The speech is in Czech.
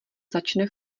začne